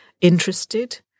interested